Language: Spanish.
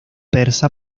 persa